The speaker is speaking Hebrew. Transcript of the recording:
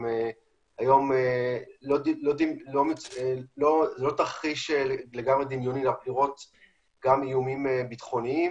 היום זה לא תרחיש לגמרי דמיוני --- גם איומים בטחוניים